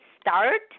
start